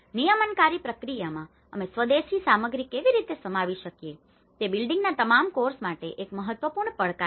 નિયમનકારી પ્રક્રિયામાં અમે સ્વદેશી સામગ્રીને કેવી રીતે સમાવી શકીએ છીએ તે બિલ્ડિંગના તમામ કોર્સ માટે એક મહત્વપૂર્ણ પડકાર છે